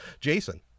Jason